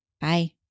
Bye